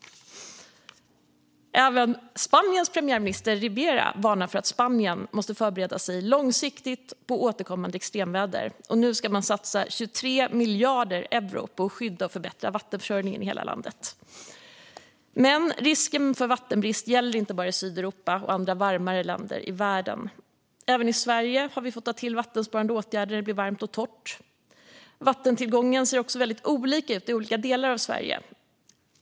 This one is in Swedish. Även Spaniens tredje vice premiärminister Ribera varnar för att Spanien måste förbereda sig långsiktigt på återkommande extremväder, och nu ska man satsa 23 miljarder euro på att skydda och förbättra vattenförsörjningen i hela landet. Men risken för vattenbrist gäller inte bara Sydeuropa och andra varmare länder i världen. Även i Sverige har vi fått ta till vattensparande åtgärder när det blir varmt och torrt. Vattentillgången ser också väldigt olika ut i olika delar av Sverige.